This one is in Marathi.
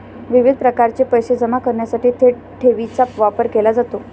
विविध प्रकारचे पैसे जमा करण्यासाठी थेट ठेवीचा वापर केला जातो